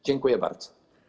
Dziękuję bardzo.